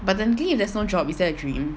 but technically if there's no job is there a dream